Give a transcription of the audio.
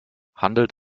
handelt